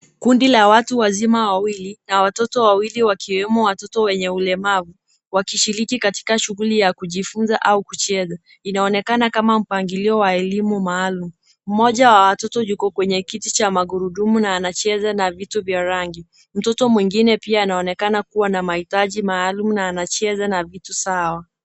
Kundi la watu wazima wawili na watoto wawili wakiwemo watoto wenye ulemavu wakishiriki katika shughuli ya kujifunza au kucheza. Inaonekana kama mpangilio wa elimu maalum. Mmoja wa watoto yuko kwenye kiti cha magurudumu na anacheza na vitu vya rangi. Mtoto mwingine pia anaonekana kuwa na mahitaji maalum na anacheza na vitu zao.